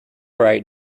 right